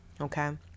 okay